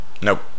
Nope